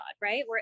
right